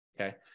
Okay